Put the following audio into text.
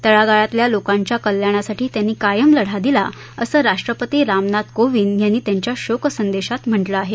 तळागळातल्या लोकांच्या कल्याणासाठी त्यांनी कायम लढा दिला असं राष्ट्रपती रामनाथ कोविंद त्यांच्या शोकसंदेशात म्हटलं आहे